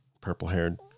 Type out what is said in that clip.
purple-haired